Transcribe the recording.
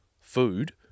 food